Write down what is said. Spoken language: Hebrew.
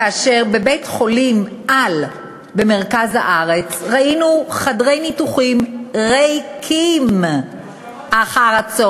כאשר בבית-חולים-על במרכז הארץ ראינו חדרי ניתוחים ריקים אחר-הצהריים.